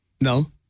No